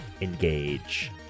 engage